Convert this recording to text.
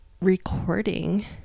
recording